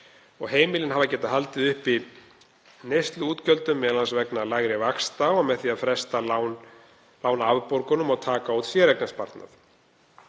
Heimilin hafa getað haldið uppi neysluútgjöldum, m.a. vegna lægri vaxta og með því að fresta lánaafborgunum og taka út séreignarsparnað.